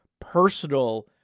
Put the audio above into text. personal